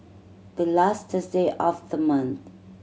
the last Thursday of the month